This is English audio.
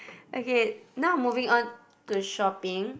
okay now moving on to shopping